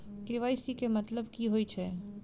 KYC केँ मतलब की होइ छै?